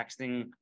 texting